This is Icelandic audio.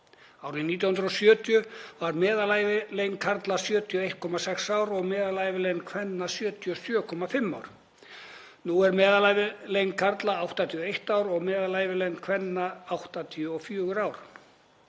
Árið 1970 var meðalævilengd karla 71,6 ár og meðalævilengd kvenna 77,5 ár. Nú er meðalævilengd karla 81 ár og meðalævilengd kvenna 84 ár.